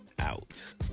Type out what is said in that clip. out